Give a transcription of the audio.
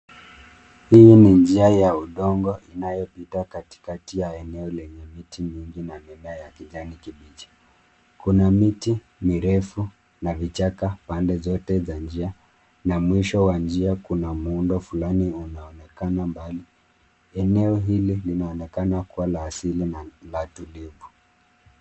Hii ni njia ya udongo inayopita katikati ya eneo lenye miti mingi na mimea ya kijani kibichi, kuna miti mirefu na vichaka pande zote za njia na mwisho wa njia kuna muundo fulani unaonekana mbali , eneo hili linaonekana kuwa la asili na la tulivu.